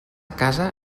casa